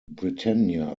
britannia